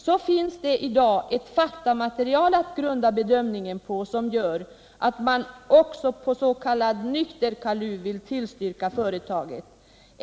Så finns det i dag ett faktamaterial att grunda bedömningen på som gör att man också på s.k. nykter kaluv vill tillstyrka företaget.